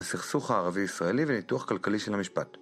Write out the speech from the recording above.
סכסוך הערבי-ישראלי וניתוח כלכלי של המשפט